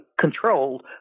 controlled